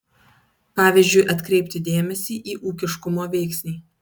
pavyzdžiui atkreipti dėmesį į ūkiškumo veiksnį